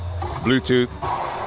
Bluetooth